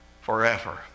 forever